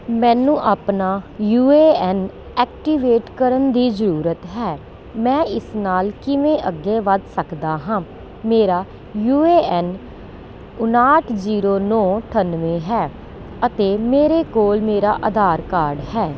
ਮੈਨੂੰ ਆਪਣਾ U A N activate ਕਰਨ ਦੀ ਜ਼ਰੂਰਤ ਹੈ ਮੈਂ ਇਸ ਨਾਲ ਕਿਵੇਂ ਅੱਗੇ ਵੱਧ ਸਕਦਾ ਹਾਂ ਮੇਰਾ ਯੂ ਏ ਐੱਨ ਉਣਾਹਠ ਜ਼ੀਰੋ ਨੌਂ ਅਠਾਨਵੇਂ ਹੈ ਅਤੇ ਮੇਰੇ ਕੋਲ ਮੇਰਾ ਆਧਾਰ ਕਾਰਡ ਹੈ